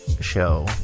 show